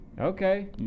Okay